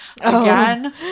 again